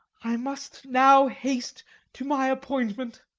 i must now haste to my appointment.